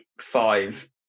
five